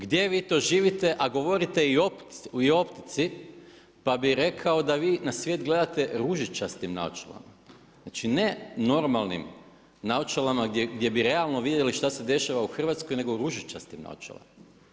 Gdje vi to živite a govorite i o optici, pa bi rekao da vi na svijet gledate ružičastim naočalama, znači ne normalnim naočalama gdje bi realno vidjeli šta se dešava u Hrvatskoj, nego u ružičastim naočalama.